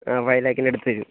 ആ ഫൈവ് ലാക്കിൻ്റെ അടുത്ത് വരും